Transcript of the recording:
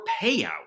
payout